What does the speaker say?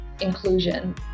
inclusion